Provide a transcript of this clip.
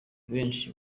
benshi